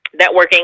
networking